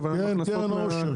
העושר?